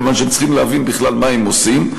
כי הם צריכים להבין בכלל מה הם עושים.